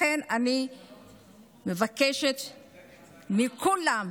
לכן אני מבקשת מכולם: